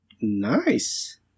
Nice